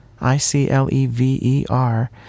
I-C-L-E-V-E-R